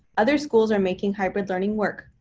other schools are making hybrid learning work.